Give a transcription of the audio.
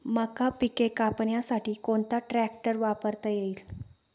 मका पिके कापण्यासाठी कोणता ट्रॅक्टर वापरता येईल?